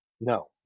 No